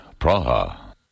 Praha